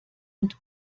und